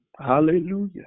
Hallelujah